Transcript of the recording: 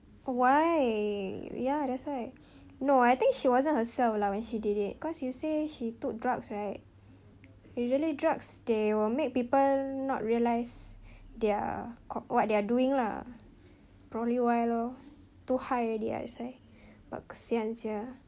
why ya that's why no I think she wasn't herself lah when she did it cause you say she took drugs right usually drugs they will make people not realize they're co~ what they're doing lah probably why lor too high already ah that's why but kesian sia